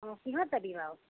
অঁ কিহত যাবি বাৰু